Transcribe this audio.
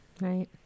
right